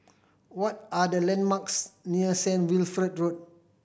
what are the landmarks near Saint Wilfred Road